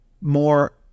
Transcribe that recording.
more